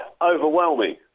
overwhelming